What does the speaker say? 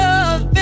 Love